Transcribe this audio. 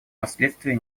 последствий